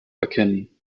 erkennen